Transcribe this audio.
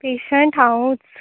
patient हांवूच